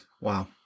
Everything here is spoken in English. Wow